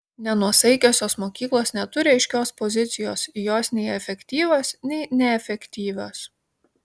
nenuosaikiosios mokyklos neturi aiškios pozicijos jos nei efektyvios nei neefektyvios